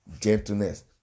gentleness